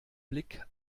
blick